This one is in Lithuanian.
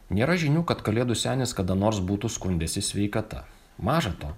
nėra žinių kad kalėdų senis kada nors būtų skundęsis sveikata maža to